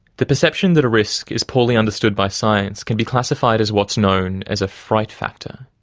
the perception that a risk is poorly understood by science can be classified as what's known as a fright factor.